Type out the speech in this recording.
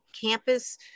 campus